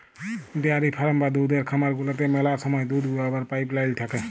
dairy farm বা দুহুদের খামার গুলাতে ম্যালা সময় দুহুদ দুয়াবার পাইপ লাইল থ্যাকে